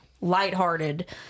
lighthearted